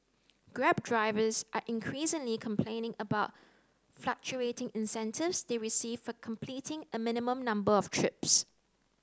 grab drivers are increasingly complaining about fluctuating incentives they receive for completing a minimum number of trips